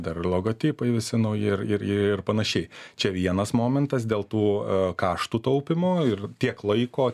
dar ir logotipai visi nauji ir ir ir panašiai čia vienas momentas dėl tų kaštų taupymo ir tiek laiko